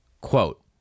quote